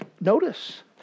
notice